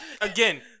Again